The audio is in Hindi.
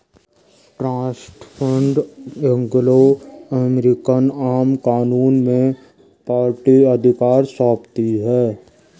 ट्रस्ट फण्ड एंग्लो अमेरिकन आम कानून में पार्टी अधिकार सौंपती है